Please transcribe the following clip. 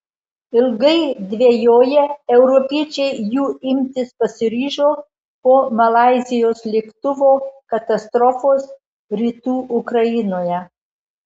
ilgai dvejoję europiečiai jų imtis pasiryžo po malaizijos lėktuvo katastrofos rytų ukrainoje